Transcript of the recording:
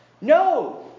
No